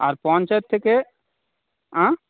আর পঞ্চায়েত থেকে অ্যাঁ